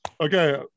Okay